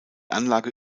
anlage